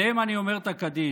עליהם אני אומר את הקדיש.